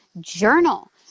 journal